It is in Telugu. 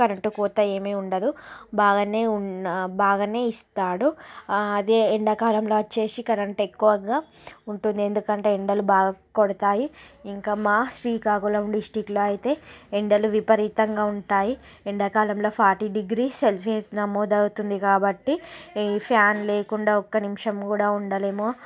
కరెంట్ కోత ఏమి ఉండదు బాగానే ఉం బాగానే ఇస్తాడు అదే ఎండాకాలంలో వచ్చేసి కరెంట్ ఎక్కువగా ఉంటుంది ఎందుకంటే ఎండలు బాగా కొడతాయి ఇంకా మా శ్రీకాకుళం డిస్టిక్లో అయితే ఎండలు విపరీతంగా ఉంటాయి ఎండాకాలంలో ఫార్టీ డిగ్రీస్ సెల్సియస్ నమోదవుతుంది కాబట్టి ఈ ఫ్యాన్ లేకుండా ఒక్క నిమిషము కూడా ఉండలేము